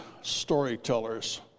storytellers